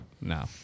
no